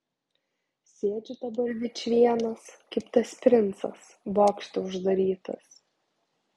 sėdžiu dabar vičvienas kaip tas princas bokšte uždarytas